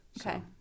Okay